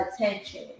attention